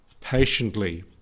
patiently